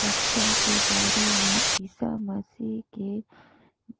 कपसा के बारे में ईसा मसीह के